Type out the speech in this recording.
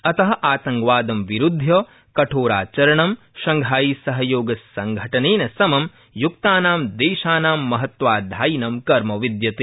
अत आतंकवाद विरूद्धय कठोराचरण शंघाई सहयोग संघटिन सम युक्तानां देशानां महत्वाधायिनं कर्म विद्यते